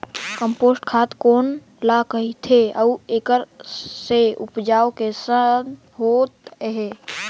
Compost खाद कौन ल कहिथे अउ एखर से उपजाऊ कैसन होत हे?